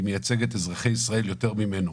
אני מייצג את אזרחי ישראל יותר ממנו.